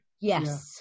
Yes